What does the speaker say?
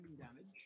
damage